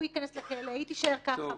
הוא ייכנס לכלא, היא תישאר ככה.